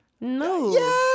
No